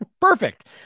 Perfect